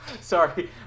sorry